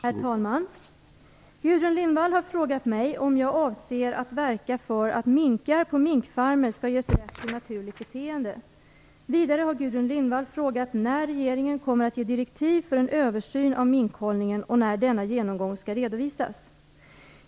Herr talman! Gudrun Lindvall har frågat mig om jag avser att verka för att minkar på minkfarmer skall ges rätt till naturligt beteende. Vidare har Gudrun Lindvall frågat när regeringen kommer att ge direktiv för en översyn av minkhållningen och när denna genomgång skall redovisas.